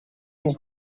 een